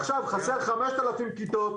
עכשיו חסר 5,000 כיתות,